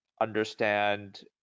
understand